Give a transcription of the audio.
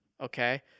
okay